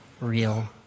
real